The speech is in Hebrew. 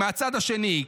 מהצד השני,